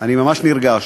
אני ממש נרגש,